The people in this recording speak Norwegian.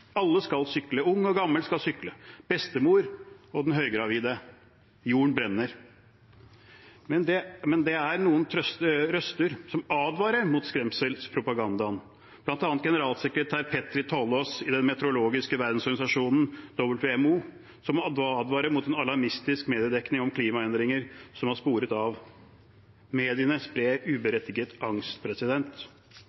alle skal sykle. Ung og gammel skal sykle, bestemor og den høygravide. Jorden brenner. Men det er noen røster som advarer mot skremselspropagandaen, bl.a. generalsekretær Petteri Taalas i den meteorologiske verdensorganisasjonen WMO, som advarer mot en alarmistisk mediedekning om klimaendringer som har sporet av. Mediene